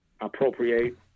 appropriate